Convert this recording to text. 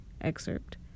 excerpt